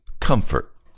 comfort